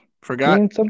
Forgot